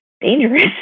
dangerous